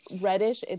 reddish